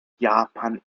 japan